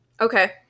okay